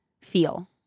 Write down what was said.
feel